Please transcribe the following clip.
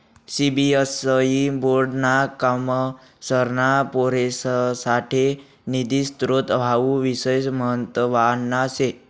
CBSE board ना कॉमर्सना पोरेससाठे निधी स्त्रोत हावू विषय म्हतवाना शे